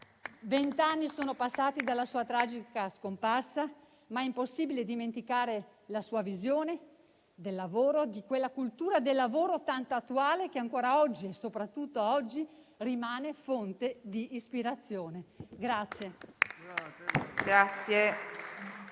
Vent'anni sono passati dalla sua tragica scomparsa, ma è impossibile dimenticare la sua visione del lavoro e di quella cultura del lavoro tanto attuale, che ancora e soprattutto oggi rimane fonte di ispirazione.